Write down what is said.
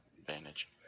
advantage